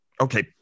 Okay